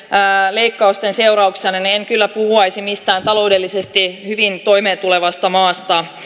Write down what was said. leikkausten seurauksena en kyllä puhuisi mistään taloudellisesti hyvin toimeentulevasta maasta